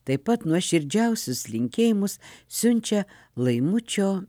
taip pat nuoširdžiausius linkėjimus siunčia laimučio